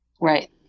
Right